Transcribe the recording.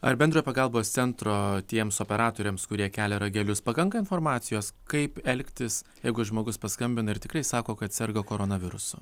ar bendrojo pagalbos centro tiems operatoriams kurie kelia ragelius pakanka informacijos kaip elgtis jeigu žmogus paskambina ir tikrai sako kad serga koronavirusu